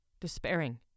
despairing